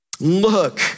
Look